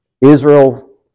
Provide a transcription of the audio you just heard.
Israel